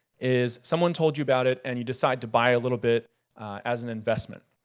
is someone told you about it and you decide to buy a little bit as an investment.